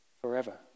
forever